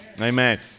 Amen